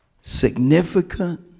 significant